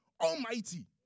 Almighty